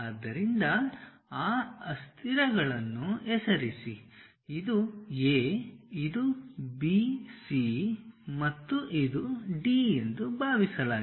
ಆದ್ದರಿಂದ ಈ ಅಸ್ಥಿರಗಳನ್ನು ಹೆಸರಿಸಿ ಇದು A ಇದು B C ಮತ್ತು ಇದು D ಎಂದು ಭಾವಿಸಲಾಗಿದೆ